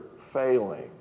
failing